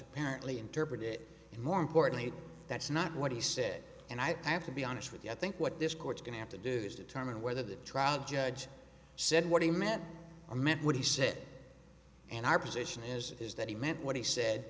apparently interpret it and more importantly that's not what he said and i have to be honest with you i think what this court's going to have to do is determine whether the trial judge said what he meant a minute when he said it and our position is is that he meant what he said